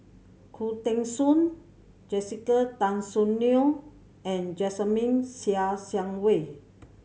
Khoo Teng Soon Jessica Tan Soon Neo and Jasmine Ser Xiang Wei